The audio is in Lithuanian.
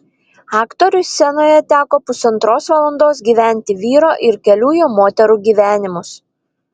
aktoriui scenoje teko pusantros valandos gyventi vyro ir kelių jo moterų gyvenimus